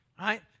right